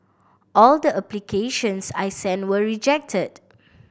all the applications I sent were rejected